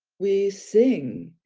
we sing,